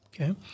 okay